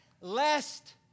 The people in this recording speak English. Lest